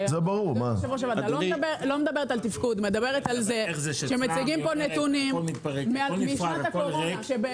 לא מדברת על תפקוד אלא על זה שמציגים פה נתונים משנת הקורונה.